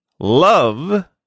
Love